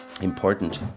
important